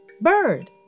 Bird